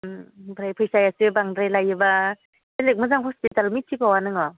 ओमफ्राय फैसायासो बांद्राय लायोब्ला बेलेख मोजां हस्पिटाल मिथिबावा नोङो